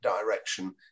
direction